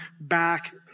back